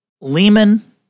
Lehman